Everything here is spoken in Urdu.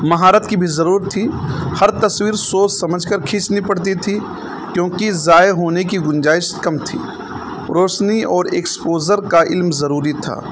مہارت کی بھی ضرورت تھی ہر تصویر سوچ سمجھ کر کھینچنی پڑتی تھی کیونکہ ضائع ہونے کی گنجائش کم تھی روشنی اور ایکسپوزر کا علم ضروری تھا